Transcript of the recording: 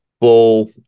full